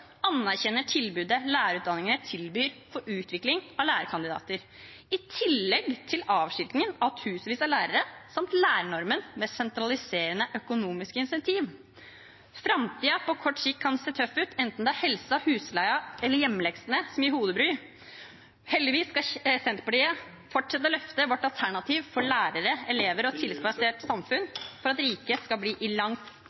anerkjenner tilbudet lærerutdanningen tilbyr for utvikling av lærerkandidater, og i tillegg avskiltingen av tusenvis av lærere samt lærenormen med sentraliserende økonomiske incentiv. Framtiden kan på kort sikt se tøff ut, enten det er helsen, husleien eller hjemmeleksene som gir hodebry. Heldigvis skal Senterpartiet fortsette å løfte sitt alternativ for lærere, elever og et tillitsbasert